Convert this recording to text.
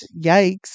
Yikes